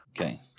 Okay